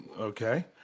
Okay